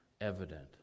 evident